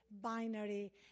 binary